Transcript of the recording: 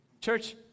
Church